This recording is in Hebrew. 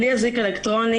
בלי אזיק אלקטרוני.